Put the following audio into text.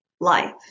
life